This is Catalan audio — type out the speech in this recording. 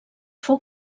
fou